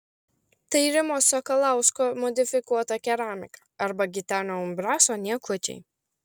tai rimo sakalausko modifikuota keramika arba gitenio umbraso niekučiai